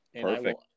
Perfect